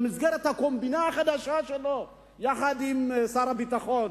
במסגרת הקומבינה החדשה שלו יחד עם שר הביטחון.